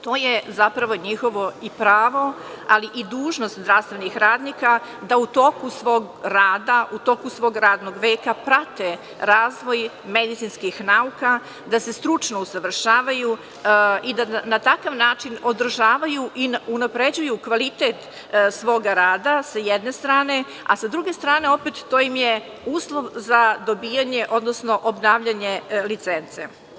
To je zapravo i njihovo pravo, ali i dužnost zdravstvenih radnika da u toku svog rada, u toku svog radnog veka prate razvoj medicinskih nauka, da se stručno usavršavaju i da na takav način održavaju i unapređuju kvalitet svog rada sa jedne strane, a sa druge strane opet to im je uslov za dobijanje, odnosno obnavljanje licence.